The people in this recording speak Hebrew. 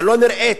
הלא-נראית,